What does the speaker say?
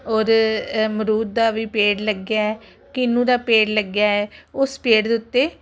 ਔਰ ਅਮਰੂਦ ਦਾ ਵੀ ਪੇੜ ਲੱਗਿਆ ਕਿਨੂੰ ਦਾ ਪੇੜ ਲੱਗਿਆ ਹੈ ਉਸ ਪੇੜ ਦੇ ਉੱਤੇ